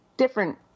different